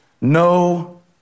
no